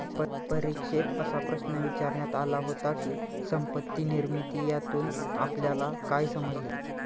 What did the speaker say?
परीक्षेत असा प्रश्न विचारण्यात आला होता की, संपत्ती निर्मिती यातून आपल्याला काय समजले?